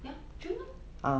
ya june lor